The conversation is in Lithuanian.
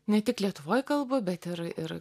ne tik lietuvoj kalbu bet ir ir